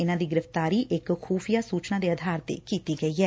ਇਨੂਾਂ ਦੀ ਗੁਫ਼ਤਾਰੀ ਇਕ ਖੁਫੀਆ ਸੁਚਨਾ ਦੇ ਆਧਾਰ ਤੇ ਕੀਤੀ ਗਈ ਐ